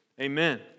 Amen